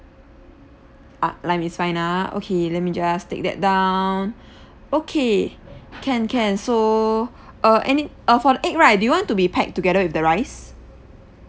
ah lime is fine ah okay let me just take that down okay can can so uh and it uh for the egg right do you want to be packed together with the rice